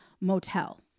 motel